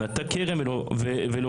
נטע כרם ולא חיללו,